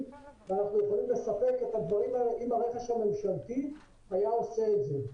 ואנחנו יכולים לספק את הדברים האלה אם הרכש הממשלתי היה עושה את זה.